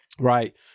Right